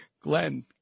Glenn